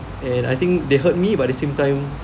and I think they hurt me but at the same time